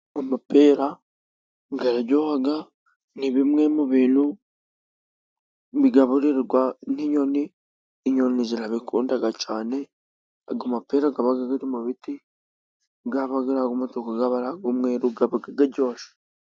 Amapera ngo araryoha, ni bimwe mu bintu bigaburirwa n'inyoni, inyoni zirabikunda cyane. Ngo amapera aba ari mu biti; yaba ay'umutuku yaba ay'umweru aba aryoshye.